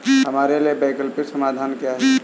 हमारे लिए वैकल्पिक समाधान क्या है?